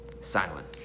silent